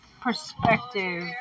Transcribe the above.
perspective